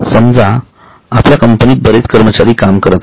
समजा आपल्या कंपनीत बरेच कर्मचारी काम करत आहेत